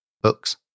books